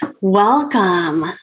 Welcome